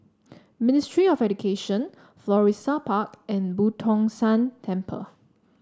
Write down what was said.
Ministry of Education Florissa Park and Boo Tong San Temple